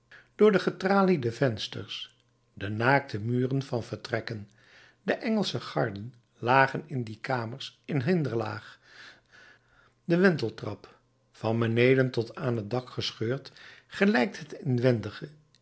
door de getraliede vensters de naakte muren van vertrekken de engelsche garden lagen in die kamers in hinderlaag de wenteltrap van beneden tot aan het dak gescheurd gelijkt het inwendige